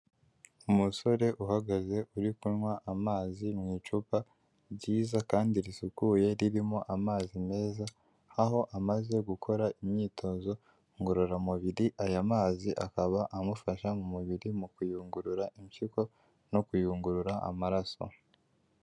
Umusore uhagaze uri kunywa amazi mu icupa ryiza kandi risukuye ririmo amazi meza, aho amaze gukora imyitozo ngororamubiri, aya mazi akaba amufasha mu mubiri mu kuyungurura impyiko no kuyungurura amaraso.